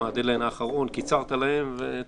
בדד-ליין קיצרתם להם.